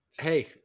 Hey